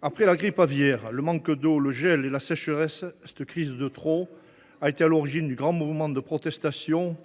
Après la grippe aviaire, le manque d’eau, le gel et la sécheresse, cette crise de trop a été à l’origine du grand mouvement de protestation